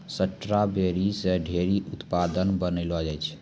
strawberry से ढेरी उत्पाद बनैलो जाय छै